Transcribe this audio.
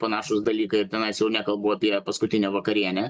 panašūs dalykai ir tenais jau nekalbu apie paskutinę vakarienę